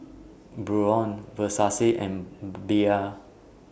Braun Versace and Bia